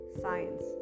science